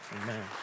Amen